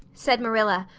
said marilla,